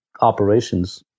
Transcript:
operations